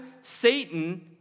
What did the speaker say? Satan